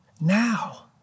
Now